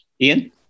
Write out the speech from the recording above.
ian